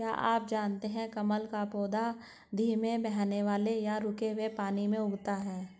क्या आप जानते है कमल का पौधा धीमे बहने वाले या रुके हुए पानी में उगता है?